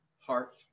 heart